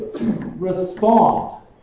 respond